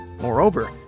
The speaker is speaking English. Moreover